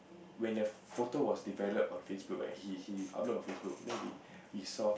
when the photo was developed on Facebook right he he upload on Facebook then we we saw